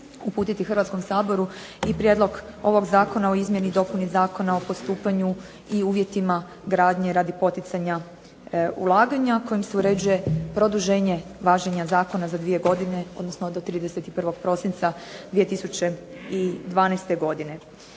uputiti Hrvatskom saboru i prijedlog ovog Zakona o izmjeni i dopuni Zakona o postupanju i uvjetima gradnje radi poticanja ulaganja, kojim se uređuje produženje važenja zakona za dvije godine, odnosno do 31. prosinca 2012. godine.